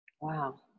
Wow